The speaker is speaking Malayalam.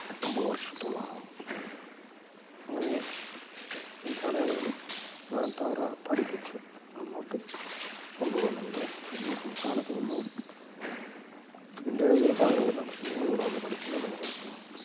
എട്ടൊമ്പത് വർഷത്തോളമാകുന്നു അങ്ങനെ ഈ കാലയളവില് നാട് അവരെ പഠിപ്പിച്ച് മുന്നോട്ട് കൊണ്ടുപോകുന്നുണ്ട് അന്യ സംസ്ഥാനത്ത് നിന്നും ഇന്ത്യയുടെ വിവിധ ഭാഗങ്ങളിൽ നിന്നുള്ള കുഞ്ഞുങ്ങളിവിടെ വന്ന് പഠിക്കുന്നുണ്ടെന്നുള്ളത് വ്യക്തമാണ്